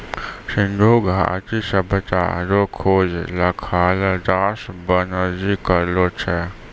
सिन्धु घाटी सभ्यता रो खोज रखालदास बनरजी करलो छै